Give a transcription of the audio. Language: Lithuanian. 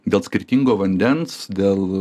dėl skirtingo vandens dėl